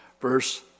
verse